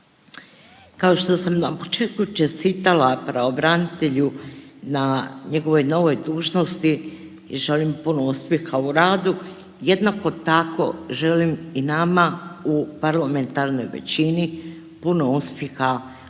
Kao što sam na početku čestitala pravobranitelju na njegovoj novoj dužnosti i želim puno uspjeha u radu, jednako tako želim i nama u parlamentarnoj većini puno uspjeha u radu